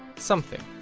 something?